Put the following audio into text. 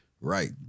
Right